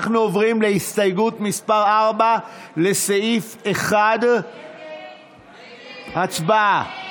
אנחנו עוברים להסתייגות מס' 4, לסעיף 1. הצבעה.